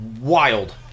wild